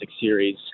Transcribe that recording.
series